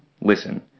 Listen